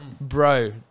Bro